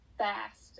fast